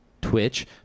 Twitch